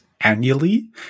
annually